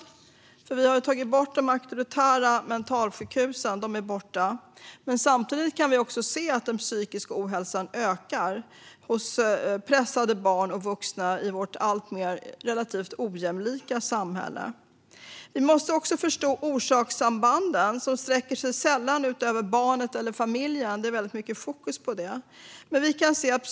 Vi har visserligen tagit bort de auktoritära mentalsjukhusen, men den psykiska ohälsan ökar hos pressade barn och vuxna i vårt alltmer ojämlika samhälle. Vi måste också förstå orsakssambanden. Det är väldigt mycket fokus på barnet och familjen, men orsakssambanden sträcker sig ofta utanför det.